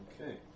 Okay